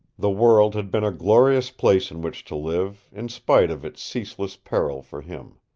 the world had been a glorious place in which to live, in spite of its ceaseless peril for him.